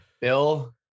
Bill